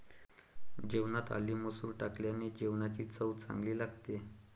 जेवणात आले मसूर टाकल्याने जेवणाची चव चांगली लागते